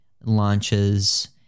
launches